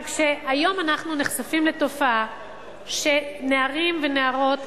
אבל כשהיום אנחנו נחשפים לתופעה שנערים ונערות,